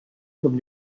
vom